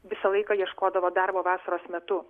visą laiką ieškodavo darbo vasaros metu